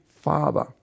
Father